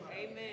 Amen